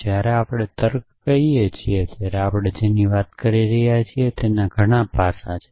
જ્યારે આપણે તર્ક કહીએ છીએ ત્યારે આપણે જેની વાત કરી રહ્યા છીએ તેના ઘણા પાસાં છે